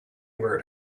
where